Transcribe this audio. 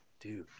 dude